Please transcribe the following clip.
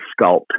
sculpt